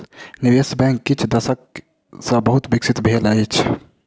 निवेश बैंक किछ दशक सॅ बहुत विकसित भेल अछि